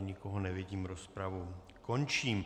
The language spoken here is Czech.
Nikoho nevidím, rozpravu končím.